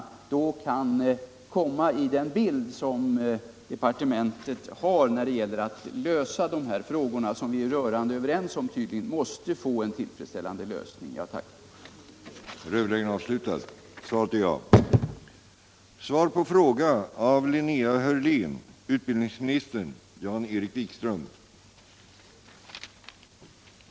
Jag hoppas att detta förslag skall finnas med i bilden när regeringen griper sig an arbetet med att lösa dessa problem, som vi tydligen är rörande överens om måste få en tillfredsställande lösning. Jag tackar än en gång statsrådet.